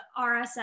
RSS